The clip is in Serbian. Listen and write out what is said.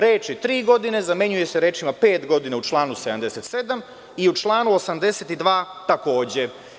Reči: „tri godine“ zamenjuju se rečima: „pet godina“ u članu 77. i u članu 82. takođe.